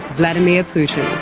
vladimir putin.